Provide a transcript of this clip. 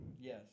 Yes